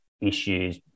issues